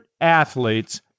athletes